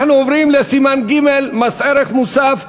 אנחנו עוברים לסימן ג': מס ערך מוסף.